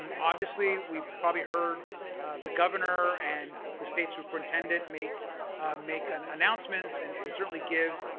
um obviously we probably heard the governor and the state superintendent make make an announcements and and certainly give